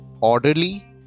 orderly